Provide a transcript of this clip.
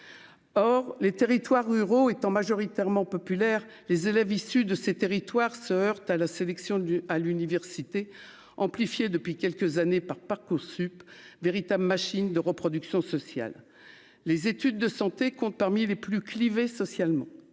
or les territoires ruraux étant majoritairement populaire, les élèves issus de ces territoires se heurte à la sélection du à l'université amplifiée depuis quelques années par Parcoursup véritables machines de reproduction sociale, les études de santé compte parmi les plus clivée socialement